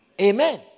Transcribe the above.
Amen